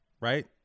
right